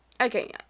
okay